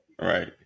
Right